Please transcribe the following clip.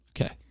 Okay